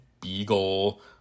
Beagle